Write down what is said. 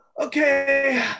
okay